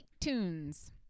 tunes